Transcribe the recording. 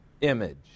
Image